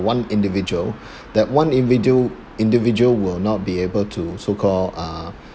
one individual that one individual individual will not be able to so-called uh